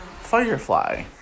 Firefly